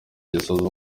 gisoza